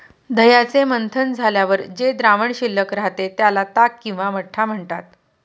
दह्याचे मंथन झाल्यावर जे द्रावण शिल्लक राहते, त्याला ताक किंवा मठ्ठा म्हणतात